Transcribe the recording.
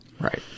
Right